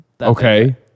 Okay